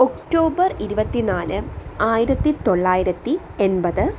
October ഇരുപത്തി നാല് ആയിരത്തി തൊള്ളായിരത്തി എൺപത്